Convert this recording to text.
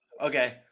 Okay